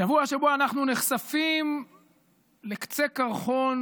שבוע שבו אנחנו נחשפים לקצה קרחון